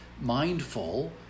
mindful